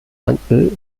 mantel